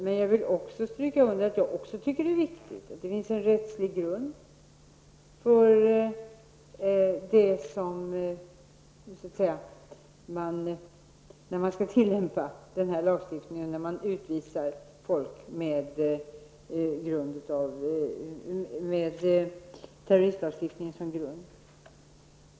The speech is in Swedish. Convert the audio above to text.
Men jag vill också stryka under att även jag tycker att det är viktigt att det finns en rättslig grund när man skall tillämpa terroristlagstiftningen för att utvisa människor.